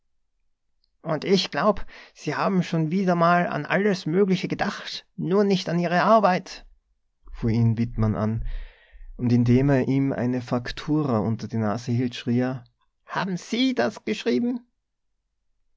und ich glaub sie haben schon wieder mal an alles mögliche gedacht nur nicht an ihre arbeit fuhr ihn wittmann an und indem er ihm eine faktura unter die nase hielt schrie er haben sie das